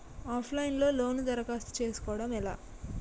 Of line లో loan దరఖాస్తు చేసుకోవడం ఎలా?